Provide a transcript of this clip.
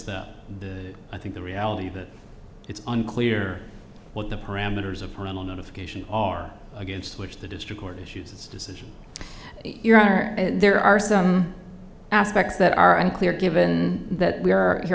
that the i think the reality of it it's unclear what the parameters of parental notification are against which the district court issues its decision your honor there are some aspects that are unclear given that we are